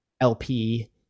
LP